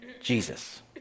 Jesus